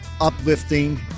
uplifting